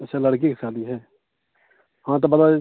अच्छा लड़के की शादी है हाँ तो बता